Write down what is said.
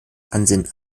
ansinnen